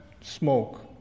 smoke